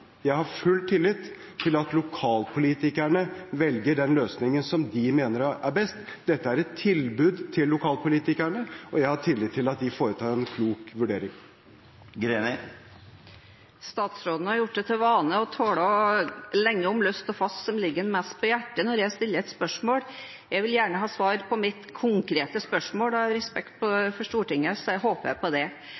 full tillit! – til at lokalpolitikerne velger den løsningen som de mener er best. Dette er et tilbud til lokalpolitikerne, og jeg har tillit til at de foretar en klok vurdering. Statsråden har gjort det til en vane å tale lenge om løst og fast som måtte ligge ham på hjertet, når jeg stiller et spørsmål. Jeg vil gjerne ha svar på mitt konkrete spørsmål, og av respekt for Stortinget håper jeg på